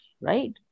right